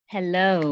Hello